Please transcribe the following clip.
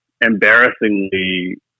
embarrassingly